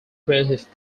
creative